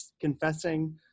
confessing